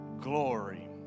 glory